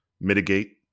mitigate